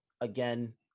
Again